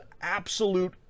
absolute